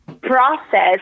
process